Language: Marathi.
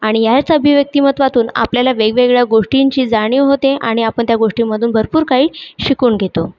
आणि याच अभिव्यक्तिमत्वातून आपल्याला वेगवेगळ्या गोष्टींची जाणीव होते आणि आपण त्या गोष्टीमधून भरपूर काही शिकून घेतो